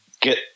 get